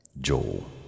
Joel